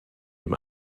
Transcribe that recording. dem